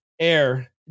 air